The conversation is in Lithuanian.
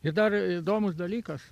ir dar įdomus dalykas